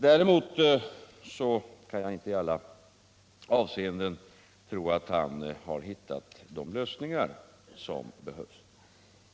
Däremot kan jag inte i alla avseenden tro att han har hittat de lösningar som behövs.